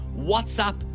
WhatsApp